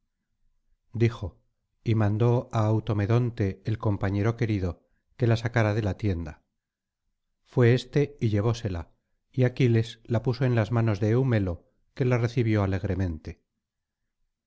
dijo y mandó á automedonte el compañero querido que la sacara de la tienda fué éste y uevósela y aquiles la puso en las manos de eumelo que la recibió alegremente